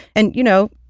and, you know,